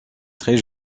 très